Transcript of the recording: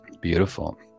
Beautiful